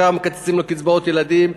ועכשיו מקצצים לו את קצבאות הילדים,